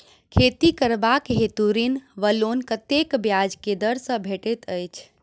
खेती करबाक हेतु ऋण वा लोन कतेक ब्याज केँ दर सँ भेटैत अछि?